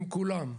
עם כולם.